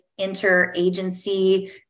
interagency